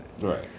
Right